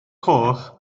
coch